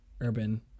Urban